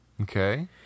Okay